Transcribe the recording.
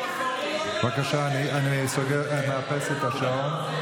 בבקשה, אני מאפס את השעון.